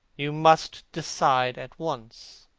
you must decide at once.